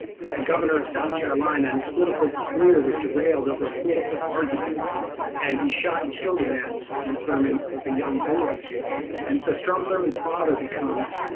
a governor of south carolina and his political career was derailed over a political argument and he shot and killed a man when thurman was a young boy and so strom thurman's father becomes